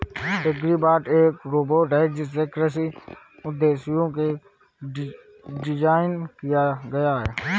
agribot एक robot है जिसे कृषि उद्देश्यों के लिए डिज़ाइन किया गया है